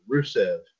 Rusev